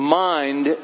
mind